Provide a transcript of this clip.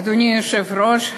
אדוני היושב-ראש,